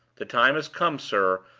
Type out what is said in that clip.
the time has come, sir,